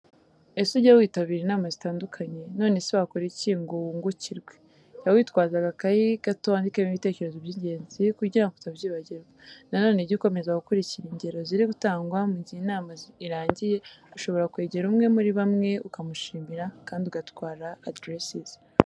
Ese ujya witabira inama zitandukanye? Nonese wakora iki ngo wungukirwe? Jya witwaza agakayi gato wandikemo ibitekerezo by'ingenzi, kugira ngo utabyibagirwa. Na none jya ukomeza gukurikira ingero ziri gutangwa. Mu gihe inama irangiye, ushobora kwegera umwe muri bamwe ukamushimira kandi ugatwara aderesi ze.